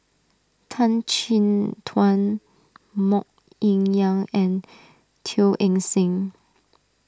Tan Chin Tuan Mok Ying Yang and Teo Eng Seng